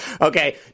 okay